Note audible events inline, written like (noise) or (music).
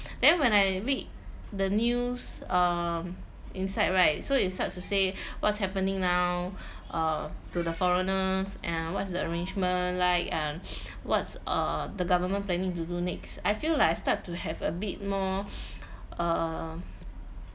then when I read the news um inside right so it starts to say (breath) what's happening now uh to the foreigners and what's the arrangement like and (breath) what's uh the government planning to do next I feel like I start to have a bit more (breath) uh